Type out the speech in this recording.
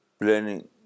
planning